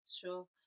sure